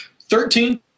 thirteen